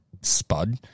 spud